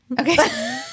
okay